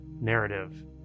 narrative